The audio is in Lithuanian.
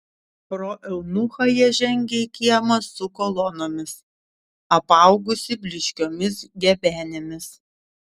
pro eunuchą jie žengė į kiemą su kolonomis apaugusį blyškiomis gebenėmis